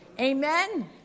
Amen